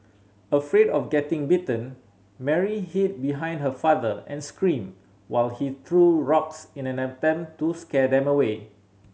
afraid of getting bitten Mary hid behind her father and screamed while he threw rocks in an attempt to scare them away